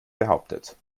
behauptet